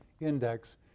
index